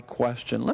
question